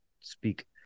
speak